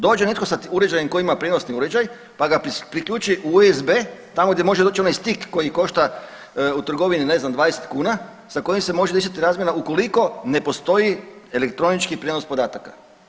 Dođe netko sa uređajem ko ima prijenosni uređaj, pa ga priključi USB, tamo gdje može doć onaj stik koji košta u trgovini ne znam 20 kuna sa kojim se može riješit razmjena ukoliko ne postoji elektronički prijenos podataka.